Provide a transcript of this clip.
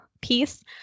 piece